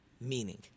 Meaning